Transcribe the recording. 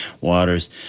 waters